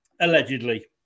Allegedly